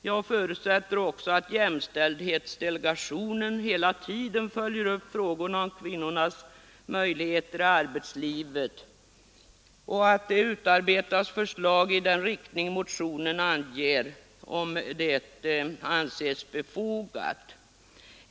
Jag förutsätter också att jämställdhetsdelegationen följer upp frågorna om kvinnornas möjligheter i arbetslivet och att man utarbetar förslag i den riktning motionen anger, om det anses befogat.